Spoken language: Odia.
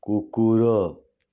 କୁକୁର